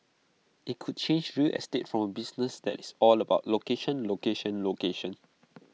IT could change real estate from A business that is all about location location location